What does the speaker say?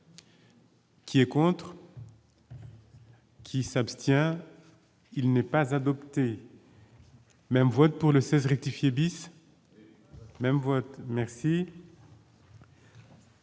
qui est pour. Qui s'abstient, il n'est pas adopté même vote pour le 16 rectifier bis même voilà merci.